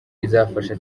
izafasha